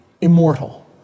immortal